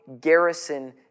garrison